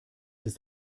ist